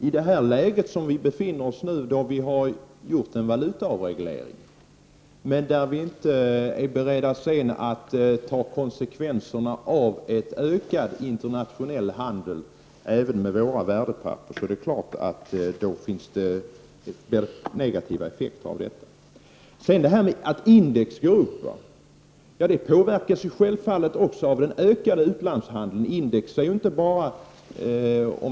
I det läge som vi befinner oss i, då vi har gjort en valutaavreglering men inte är beredda att ta konsekvenserna av en ökad interna tionell handel även med våra värdepapper, är det klart att det uppstår negativa effekter. Att index går upp påverkas självfallet också av den ökade utlandshandeln.